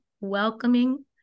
welcoming